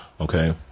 okay